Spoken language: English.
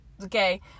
Okay